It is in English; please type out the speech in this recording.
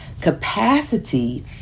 capacity